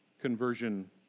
conversion